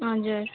हजुर